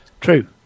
True